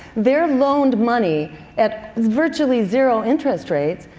they are loaned money at virtually zero interest rates,